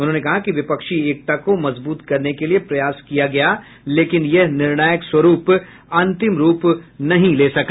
उन्होंने कहा कि विपक्षी एकता को मजबूत करने के लिये प्रयास किया गया लेकिन यह निर्णायक स्वरूप अंतिम रूप नहीं ले सका